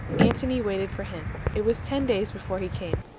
antony waited for him. it was ten days before he came.